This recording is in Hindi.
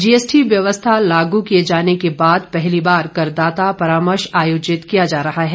जीएसटी व्यवस्था लागू किये जाने के बाद पहली बार करदाता परामर्श आयोजित किया जा रहा है